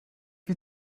wie